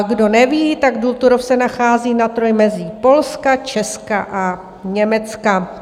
Kdo neví, důl Turów se nachází na trojmezí Polska, Česka a Německa.